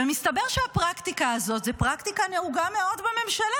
ומסתבר שהפרקטיקה הזאת זו פרקטיקה נהוגה מאוד בממשלה.